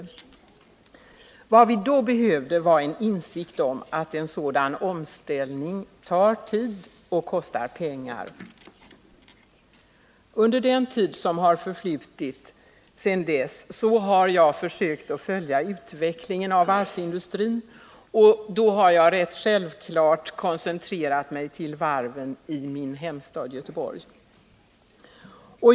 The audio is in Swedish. Vad vi då behövde var en insikt om att en sådan omställning tar tid och kostar pengar. Under den tid som förflutit sedan dess har jag försökt följa utvecklingen av varvsindustrin, och då har jag rätt självklart koncentrerat mig till varven i min hemstad Göteborg.